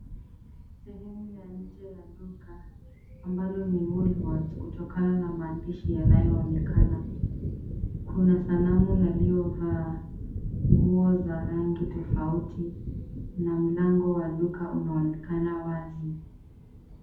Sehemu ya nje ya duka ambalo ni Woolworths kutokana na maandishi yanayoonekana. Kuna sanamu yaliyovaa nguo za rangi tofauti na mlango wa duka unaonekana wazi.